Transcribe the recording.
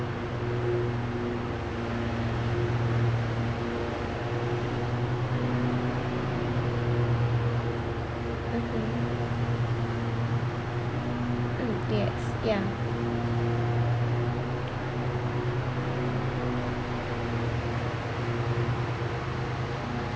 mmhmm mm yes yeah